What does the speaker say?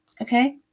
okay